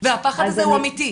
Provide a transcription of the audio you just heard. והפחד הזה הוא אמיתי.